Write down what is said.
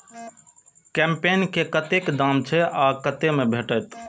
कम्पेन के कतेक दाम छै आ कतय भेटत?